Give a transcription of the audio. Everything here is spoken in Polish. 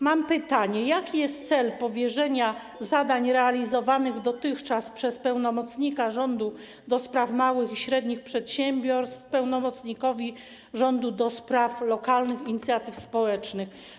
Mam pytanie: Jaki jest cel powierzenia zadań realizowanych dotychczas przez pełnomocnika rządu do spraw małych i średnich przedsiębiorstw pełnomocnikowi rządu do spraw lokalnych inicjatyw społecznych?